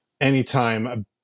Anytime